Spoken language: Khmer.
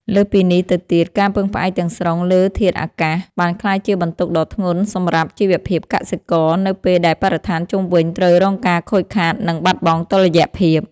លើសពីនេះទៅទៀត ការពឹងផ្អែកទាំងស្រុងលើធាតុអាកាស បានក្លាយជាបន្ទុកដ៏ធ្ងន់សម្រាប់ជីវភាពកសិករ នៅពេលដែលបរិស្ថានជុំវិញត្រូវរងការខូចខាត និងបាត់បង់តុល្យភាព។